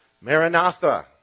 Maranatha